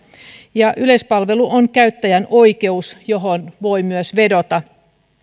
ja yleispalvelu on käyttäjän oikeus johon voi myös vedota